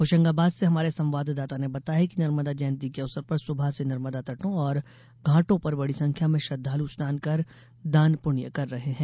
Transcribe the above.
होशंगाबाद से हमारे संवाददाता ने बताया है कि नर्मदा जयंती के अवसर पर सुबह से नर्मदों तटों और घाटों पर बड़ी संख्या में श्रद्वालु स्नान कर दान पुण्य कर रहे हैं